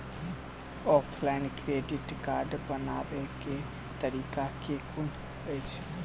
Offline credit card बनाबै केँ तरीका केँ कुन अछि?